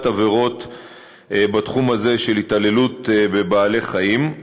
בעבירות בתחום הזה של התעללות בבעלי-חיים.